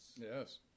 Yes